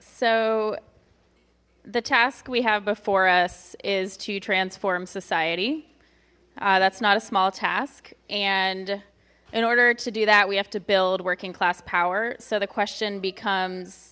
so the task we have before us is to transform society that's not a small task and in order to do that we have to build working class power so the question becomes